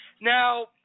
Now